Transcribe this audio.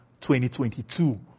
2022